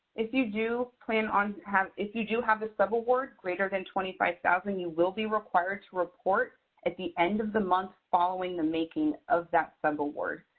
if you do plan on, if you do have a subaward greater than twenty five thousand, you will be required to report at the end of the month, following the making of that subaward.